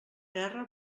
terra